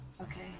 okay